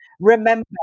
remember